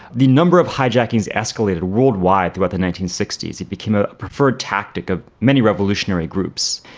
the number of hijackings escalated worldwide throughout the nineteen sixty s, it became a preferred tactic of many revolutionary groups.